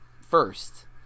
first